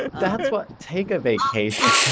that's why take a vacation.